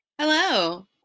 Hello